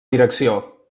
direcció